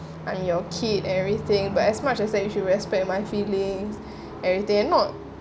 I'm your kid and everything but as much as like you should respect my feelings everything and not